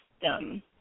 system